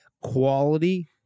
Quality